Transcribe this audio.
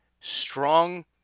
strong